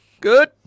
Good